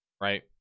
right